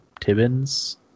Tibbins